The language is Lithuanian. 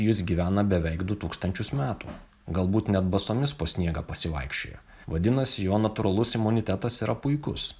jis gyvena beveik du tūkstančius metų galbūt net basomis po sniegą pasivaikščioja vadinasi jo natūralus imunitetas yra puikus